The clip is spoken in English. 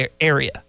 area